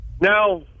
Now